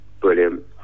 brilliant